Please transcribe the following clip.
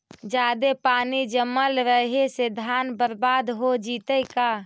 जादे पानी जमल रहे से धान बर्बाद हो जितै का?